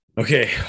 okay